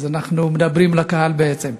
אז אנחנו מדברים לקהל בעצם.